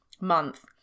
month